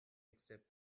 except